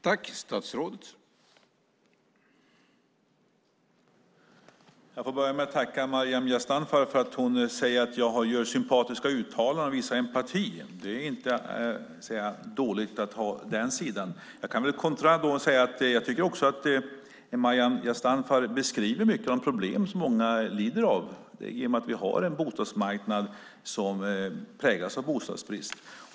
Herr talman! Jag får börja med att tacka Maryam Yazdanfar för att hon säger att jag gör sympatiska uttalanden och visar empati. Det är inte dåligt att ha den sidan. Jag kan kontra med att säga att jag tycker att Maryam Yazdanfar beskriver mycket av de problem som många lider av, i och med att vi har en bostadsmarknad som präglas av bostadsbrist.